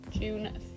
June